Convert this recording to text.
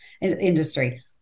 industry